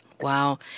Wow